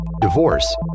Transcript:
divorce